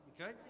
Okay